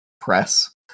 Press